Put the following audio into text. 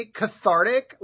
cathartic